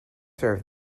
serve